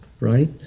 right